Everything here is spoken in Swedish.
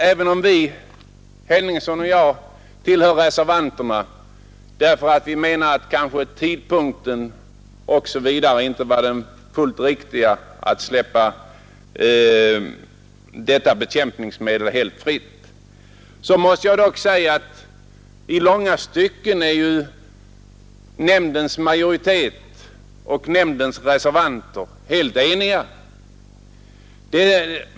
Även om herr Henningsson och jag tillhör reservanterna i nämnden i den här frågan, därför att vi anser att tidpunkten inte var den rätta att släppa detta bekämpningsmedel helt fritt, så måste jag säga att i långa stycken är ju nämndens majoritet och reservanterna helt eniga.